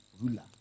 ruler